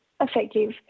effective